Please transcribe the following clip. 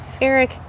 Eric